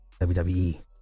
WWE